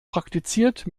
praktiziert